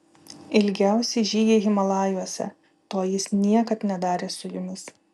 ilgiausi žygiai himalajuose to jis niekad nedarė su jumis